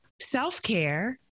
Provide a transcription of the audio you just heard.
self-care